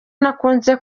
ntakunze